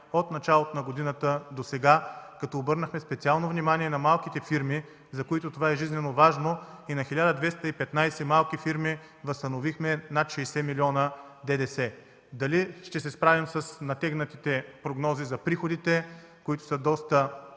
от началото на годината досега, като обърнахме специално внимание на малките фирми, за които това е жизнено важно и на 1215 малки фирми възстановихме над 60 милиона ДДС. Дали ще се справим с натегнатите прогнози за приходите, които са доста